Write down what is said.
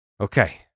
Okay